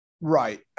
Right